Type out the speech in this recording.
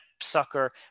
sucker